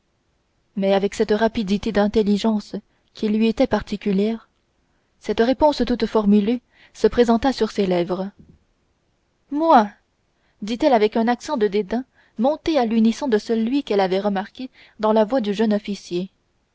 mais avec cette rapidité d'intelligence qui lui était particulière cette réponse toute formulée se présenta sur ses lèvres moi dit-elle avec un accent de dédain monté à l'unisson de celui qu'elle avait remarqué dans la voix du jeune officier